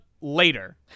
later